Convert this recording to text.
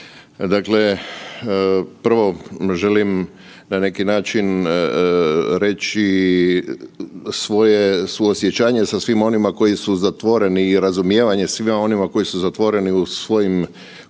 dakle prvo želim na neki način reći svoje suosjećanje sa svim onima koji su zatvoreni i razumijevanje svima onima koji su zatvoreni u svojim